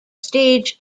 stage